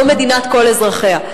לא מדינת כל אזרחיה,